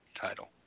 title